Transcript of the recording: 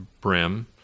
brim